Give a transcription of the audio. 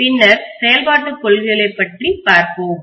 பின்னர் செயல்பாட்டுக் கொள்கையைப் பற்றி பார்ப்போம்